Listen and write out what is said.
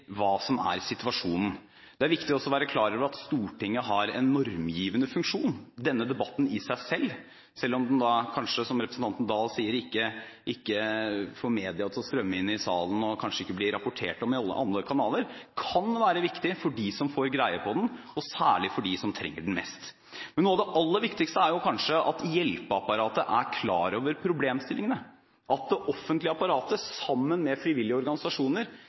hva som er situasjonen. Det er også viktig å være klar over at Stortinget har en normgivende funksjon. Denne debatten i seg selv, selv om den – som representanten Oktay Dahl sier – kanskje ikke får media til å strømme inn i salen og kanskje ikke blir rapport om i alle kanaler, kan være viktig for dem som får greie på den, og særlig for dem som trenger den mest. Men noe av det aller viktigste er kanskje at hjelpeapparatet er klar over problemstillingene, at det offentlige apparatet sammen med frivillige organisasjoner